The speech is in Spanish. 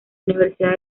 universidad